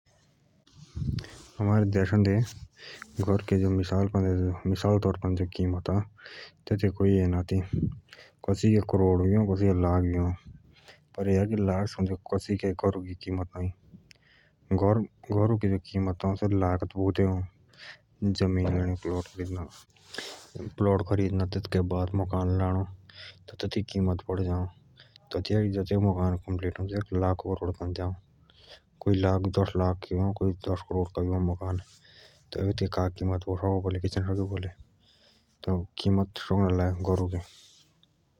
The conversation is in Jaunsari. हमारे देश दे घर के मिशाल के जो कीमत तेतूके कोई हिसाब ना आती कसी के घर करोड़ और लाखों मूझा अ घरों की कीमत लाखों से‌ उदे ना‌अई प्लॉट खरीदना मकान लाणो तब तेतूके कीमत बाढ जाओ जतीयाक घर पूर्व पूरो आ ततीयाक घर की कीमत बाढ जाओ कूनजेई घरौ के कीमत लाख जाओ कूनजेई के कीमत करोड़ जाओ।